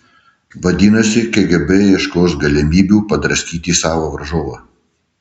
vadinasi kgb ieškos galimybių padraskyti savo varžovą